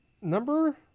number